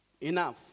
enough